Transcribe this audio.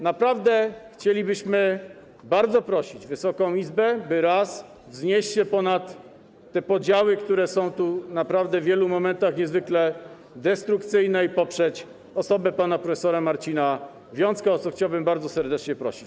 Naprawdę chcielibyśmy bardzo prosić Wysoką Izbę, by raz wznieść się ponad te podziały, które są tu naprawdę w wielu momentach niezwykle destrukcyjne, i poprzeć osobę pana prof. Marcina Wiącka, o co chciałbym bardzo serdecznie prosić.